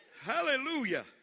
Hallelujah